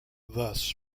thus